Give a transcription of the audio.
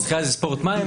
--- גלשן זה ספורט מים?